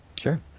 Sure